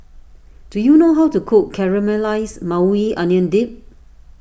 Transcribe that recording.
do you know how to cook Caramelized Maui Onion Dip